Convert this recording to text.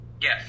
Yes